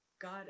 God